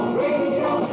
radio